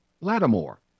Lattimore